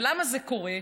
ולמה זה קורה?